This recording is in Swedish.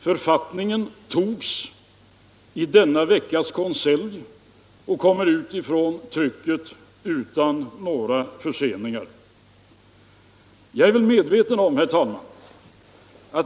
Författningen togs i denna veckas konselj och kommer ut från trycket utan några förseningar. Herr talman!